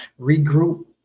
Regroup